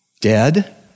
Dead